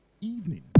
evening